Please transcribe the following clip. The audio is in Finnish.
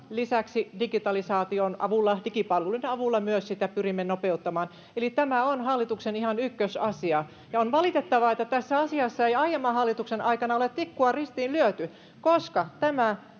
lisäksi digitalisaation avulla, digipalveluiden avulla pyrimme sitä nopeuttamaan. Eli tämä on hallituksen ihan ykkösasia. On valitettavaa, että tässä asiassa ei aiemman hallituksen aikana ole tikkua ristiin lyöty. Tämä